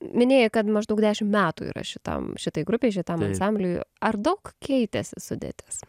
minėjai kad maždaug dešimt metų yra šitam šitai grupei šitam ansambliui ar daug keitėsi sudėtis